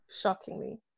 Shockingly